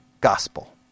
gospel